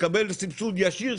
מקבל סבסוד ישיר,